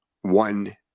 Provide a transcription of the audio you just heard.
one